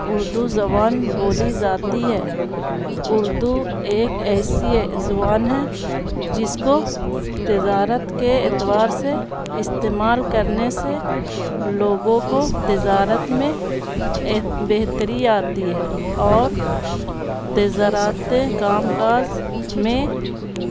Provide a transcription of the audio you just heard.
اردو زبان بولی زاتی ہے اردو ایک ایسی زبان ہے جس کو تزارت کے اعتبار سے استعمال کرنے سے لوگوں کو تزارت میں بہتری آتی ہے اور تزارعاتیں کام کااز میں